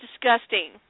disgusting